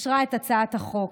אישרה את הצעת החוק.